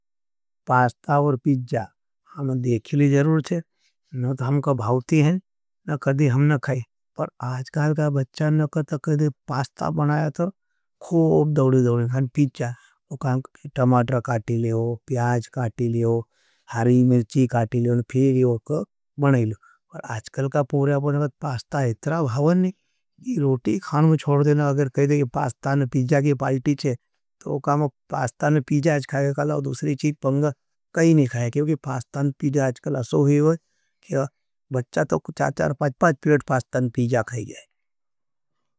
पास्ता और पीजा, हमें देखे ली जरूर है, नहीं तो हम को भावती हैं, नहीं कदी हम न खाई, पर आजकल का बच्चा न करता। कदी पास्ता बनाया तो, खोब दोड़ी दोड़ी, खाण पीजा, वो काम टमाटरा काटी लेओ, प्याज काटी लेओ। हरी मिर्ची काटी ल पर आजकल का पूर्या बनावत पास्ता है, तरहा भावन नहीं, जी रोटी खाण में छोड़ देना। अगर कहे दे कि पास्ता न पीजा की पालिटी छे, तो वो काम पास्ता न पीजा अच खाई कर लाओ, दूसरी चीद पंग कही न खाई। क्योंकि पास्ता न पीजा अच क खाई कर लाओ, क्योंकि बच्चा तो चार पाँच पेट पास्ता न पीजा खाई कर लाओ।